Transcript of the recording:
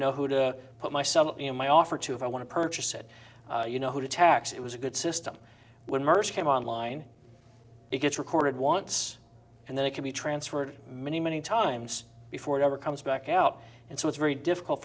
know who to put myself in my offer to if i want to purchase it you know to tax it was a good system when merce came online it gets recorded wants and then it can be transferred many many times before it ever comes back out and so it's very difficult